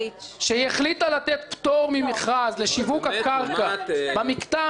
שהחליטה לתת פטור ממכרז לשיווק הקרקע במקטע המאוד